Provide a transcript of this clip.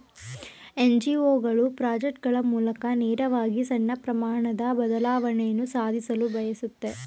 NGO ಗಳು project ಗಳ ಮೂಲಕ ನೇರವಾಗಿ ಸಣ್ಣ ಪ್ರಮಾಣದ ಬದಲಾವಣೆಯನ್ನು ಸಾಧಿಸಲು ಬಯಸುತ್ತೆ